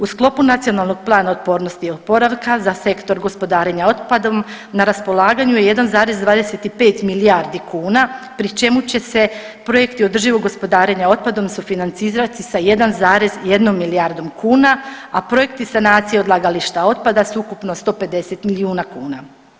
U sklopu Nacionalnog plana otpornosti i oporavka za Sektor gospodarenja otpadom na raspolaganju je 1,25 milijardi kuna pri čemu će se projekti održivog gospodarenja otpadom sufinancirati sa 1,1 milijardom kuna, a projekti sanacije odlagališta otpada sveukupno 150 milijuna kuna.